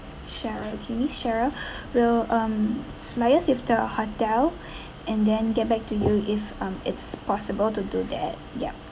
sarah hi sarah we'll um liase with the hotel and then get back to you if um it's possible to do that yup